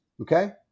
okay